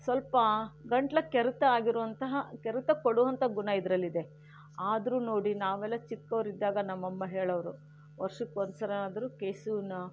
ಸ್ವಲ್ಪ ಗಂಟಲು ಕೆರೆತ ಆಗಿರೋವಂತಹ ಕೆರೆತ ಕೊಡುವಂಥ ಗುಣ ಇದರಲ್ಲಿ ಇದೆ ಆದರೂ ನೋಡಿ ನಾವೆಲ್ಲ ಚಿಕ್ಕವರಿದ್ದಾಗ ನಮ್ಮಮ್ಮ ಹೇಳೋರು ವರ್ಷಕ್ಕೊಂದು ಸಲ ಆದರೂ ಕೆಸುನ